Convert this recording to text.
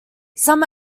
some